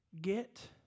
get